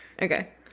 Okay